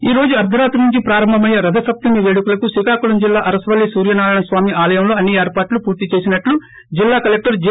ఈ రోజు అర్గరాత్రి నుంచి ప్రారంభమయ్యే రథసప్తమి వేడుకలకు శ్రీకాకుళం జిల్లా అరసవల్లి సూర్యనారాయణ స్వామి ఆలయంలో అన్ని ఏర్పాట్లు పూర్తి చేసినట్లు జిల్లా కలెక్టర్ జె